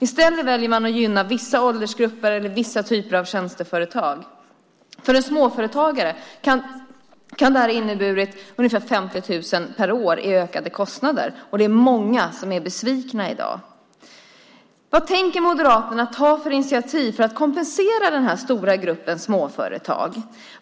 I stället väljer man att gynna vissa åldersgrupper eller vissa typer av tjänsteföretag. För en småföretagare kan detta innebära ungefär 50 000 kronor per år i ökade kostnader. Det är många som är besvikna i dag. Vad tänker Moderaterna ta för initiativ för att kompensera den här stora gruppen småföretag?